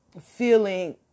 feeling